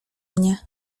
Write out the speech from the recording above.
mnie